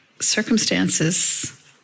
circumstances